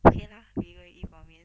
okay lah we go eat 板面